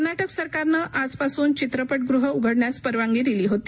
कर्नाके सरकारनं आजपासून चित्रपग्रेहं उघडण्यास परवानगी दिली होती